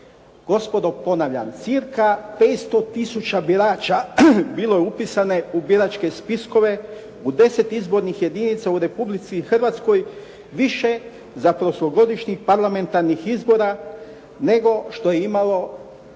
Gospodo ponavljam, cca 500 tisuća birača bilo je upisano u biračke spiskove u X. izbornih jedinica u Republici Hrvatskoj više za prošlogodišnjih parlamentarnih izbora nego što je imalo